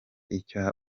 icyo